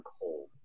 cold